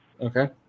Okay